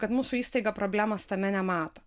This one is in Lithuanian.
kad mūsų įstaiga problemos tame nemato